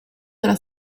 della